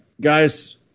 guys